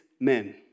men